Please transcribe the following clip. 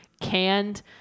canned